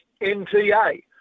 NTA